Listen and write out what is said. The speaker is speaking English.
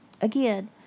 again